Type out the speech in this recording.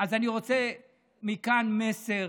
אז אני רוצה מכאן מסר